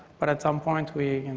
but at some point we